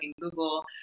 Google